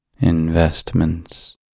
investments